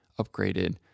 upgraded